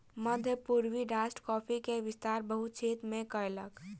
मध्य पूर्वी राष्ट्र कॉफ़ी के विस्तार बहुत क्षेत्र में कयलक